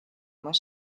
más